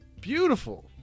beautiful